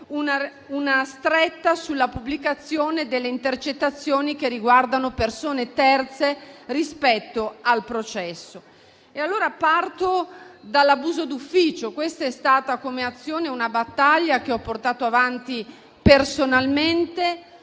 una stretta sulla pubblicazione delle intercettazioni che riguardano persone terze rispetto al processo. Parto dall'abuso di ufficio, che è stata una battaglia che ho portato avanti personalmente